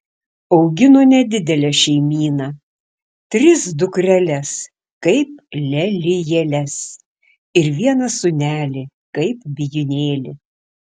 augino nedidelę šeimyną tris dukreles kaip lelijėles ir vieną sūnelį kaip bijūnėlį